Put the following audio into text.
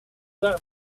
that